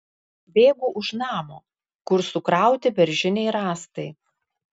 bėgu už namo kur sukrauti beržiniai rąstai